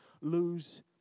lose